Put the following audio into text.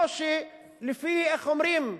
לא שלפי, איך אומרים?